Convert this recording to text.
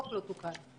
להתקיים,